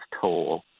toll